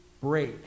break